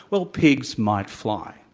well, pigs might fly.